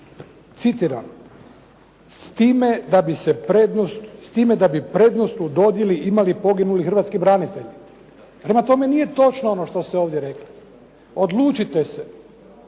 Citiram: "S time da bi prednost u dodjeli imali poginuli Hrvatski branitelji." Prema tome, nije točno ono što ste ovdje rekli. odlučite se